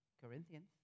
Corinthians